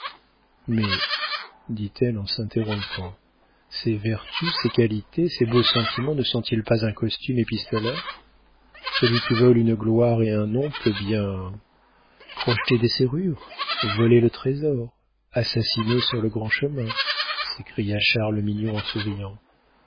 mais dit-elle en s'interrompant ses vertus ses qualités ses beaux sentiments ne sont-ils pas un costume épistolaire celui qui vole une gloire et un nom peut bien crocheter des serrures voler le trésor assassiner sur le grand chemin s'écria charles mignon en souriant